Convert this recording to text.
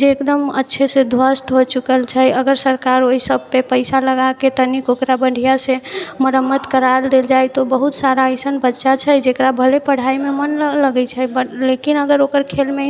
जे एकदम अच्छेसँ ध्वस्त हो चुकल छै अगर सरकार ओइ सभपर पैसा लगाके तनिक ओकरा बढ़िआँसँ मरम्मत करा देल जाइ तऽ बहुत सारा अइसन बच्चा छै जेकरा भले पढ़ाइमे मन नहि लगै छै बट लेकिन अगर ओकर खेलमे